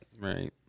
Right